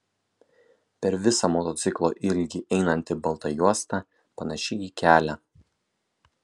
per visą motociklo ilgį einanti balta juosta panaši į kelią